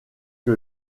que